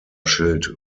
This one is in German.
schild